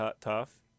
tough